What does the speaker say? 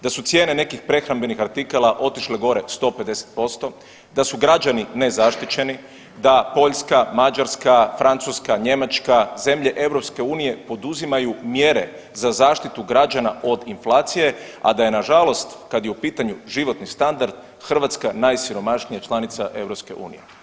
Da su cijene nekih prehrambenih artikala otišle gore 150%, da su građani nezaštićeni, da Poljska, Mađarska, Francuska, Njemačka, zemlje EU poduzimaju mjere za zaštitu građana od inflacije, a da je nažalost, kad je u pitanju životni standard, Hrvatska najsiromašnija članica EU.